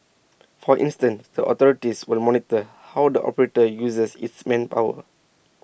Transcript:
for instance the authorities will monitor how the operator uses its manpower